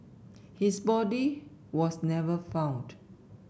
his body was never found